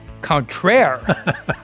contraire